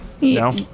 No